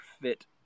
fit